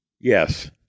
Yes